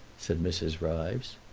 said mrs. ryves.